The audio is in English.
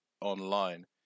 online